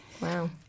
Wow